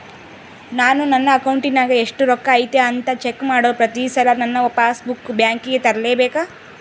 ನಾನು ನನ್ನ ಅಕೌಂಟಿನಾಗ ಎಷ್ಟು ರೊಕ್ಕ ಐತಿ ಅಂತಾ ಚೆಕ್ ಮಾಡಲು ಪ್ರತಿ ಸಲ ನನ್ನ ಪಾಸ್ ಬುಕ್ ಬ್ಯಾಂಕಿಗೆ ತರಲೆಬೇಕಾ?